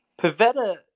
Pavetta